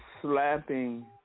slapping